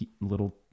little